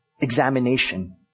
examination